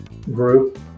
Group